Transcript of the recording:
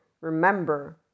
remember